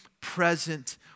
present